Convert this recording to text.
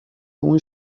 اون